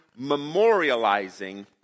memorializing